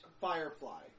firefly